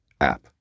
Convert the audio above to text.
app